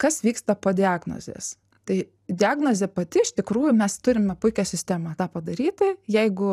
kas vyksta po diagnozės tai diagnozė pati iš tikrųjų mes turime puikią sistemą tą padaryti jeigu